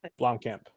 Blomkamp